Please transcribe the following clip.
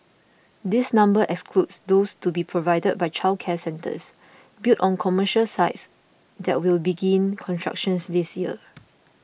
this number excludes those to be provided by childcare centres built on commercial sites that will begin constructions this year